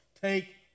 take